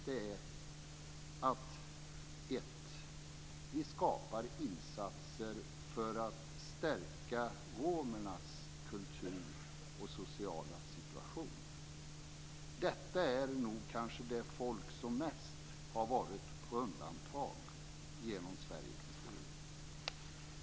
Vi måste skapa insatser för att stärka romernas kultur och sociala situation. Detta är kanske det folk som mest har varit på undantag genom Sveriges historia.